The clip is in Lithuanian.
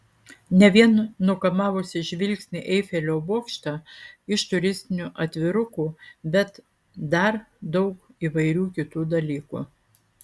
ne vien nukamavusį žvilgsnį eifelio bokštą iš turistinių atvirukų bet dar daug įvairių kitų dalykų